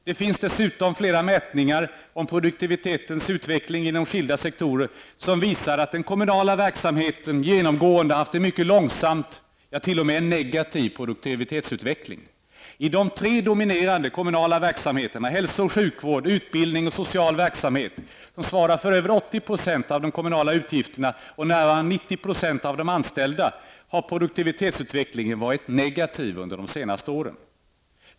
Det finns dessutom flera mätningar av produktivitetens utveckling inom skilda sektorer som visar att den kommunala verksamheten genomgående har haft en mycket långsam och t.o.m. negativ produktivitetsutveckling. I de tre dominerande kommunala verksamheterna hälso och sjukvård, utbildning och social verksamhet som svarar för över 80 % av de kommunala utgifterna och närmare 90 % av de anställda, har produktivitetsutvecklingen varit negativ under de senaste åren.